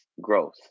growth